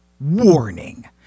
Warning